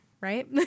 right